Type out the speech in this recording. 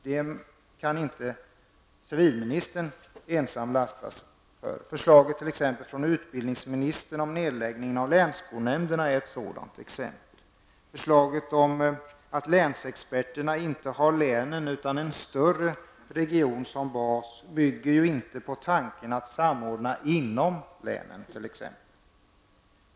Men det kan civilministern inte ensam lastas för. Förslaget från utbildningsministern om nedläggningen av länsskolnämnderna är ett sådant exempel. Förslaget om att länsexperterna inte har länen utan en större region som bas bygger ju inte på tanken att samordna inom länen.